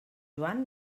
joan